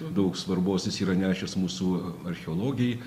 daug svarbos jis yra nešęs mūsų archeologei